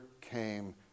came